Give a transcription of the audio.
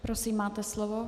Prosím, máte slovo.